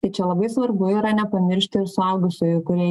tai čia labai svarbu yra nepamiršti ir suaugusiųjų kurie